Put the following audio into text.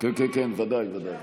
1,2 נתקבלו.